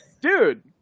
Dude